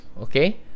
okay